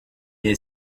est